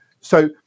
So-